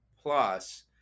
Plus